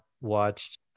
watched